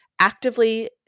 actively